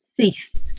ceased